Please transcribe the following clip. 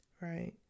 right